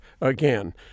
again